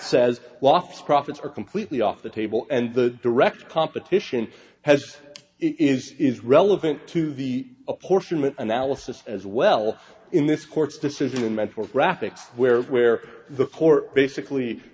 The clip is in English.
says lost profits are completely off the table and the direct competition has it is relevant to the apportionment analysis as well in this court's decision meant for graphics where where the court basically